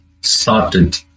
started